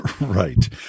Right